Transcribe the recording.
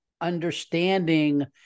understanding